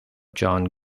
john